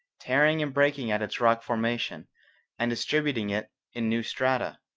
tearing and breaking at its rock formation and distributing it in new strata,